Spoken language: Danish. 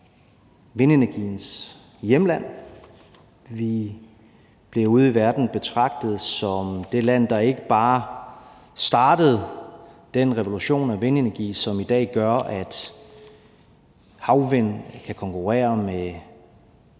vindenergiens hjemland. Vi bliver ude i verden betragtet som det land, der ikke bare startede den revolution med vindenergi, som i dag gør, at havvind kan konkurrere med